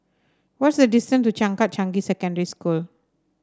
what is the distance to Changkat Changi Secondary School